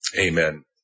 Amen